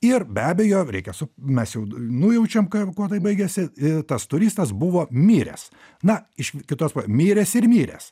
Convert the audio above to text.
ir be abejo reikia su mes jau nujaučiam kad kuo tai baigiasi i tas turistas buvo miręs na iš kitos miręs ir miręs